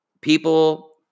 people